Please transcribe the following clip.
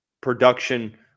production